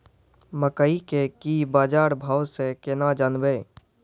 मकई के की बाजार भाव से केना जानवे?